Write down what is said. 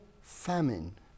famine